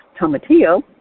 tomatillo